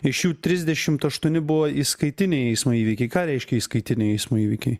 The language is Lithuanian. iš jų trisdešimt aštuoni buvo įskaitiniai eismo įvykiai ką reiškia įskaitiniai eismo įvykiai